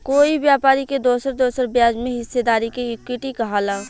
कोई व्यापारी के दोसर दोसर ब्याज में हिस्सेदारी के इक्विटी कहाला